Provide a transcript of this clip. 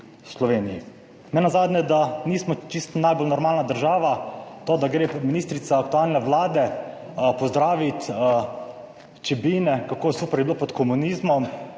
Sloveniji. Nenazadnje, da nismo čisto najbolj normalna država – to, da gre ministrica aktualne vlade pozdravit na Čebine, kako super je bilo pod komunizmom.